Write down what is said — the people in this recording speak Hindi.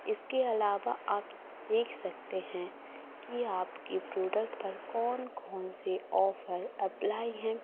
इसके अलावा आप देख सकते हैं कि आपके प्रोडक्ट पर कौन कौन से ऑफर अप्लाई हैं